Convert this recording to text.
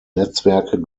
netzwerke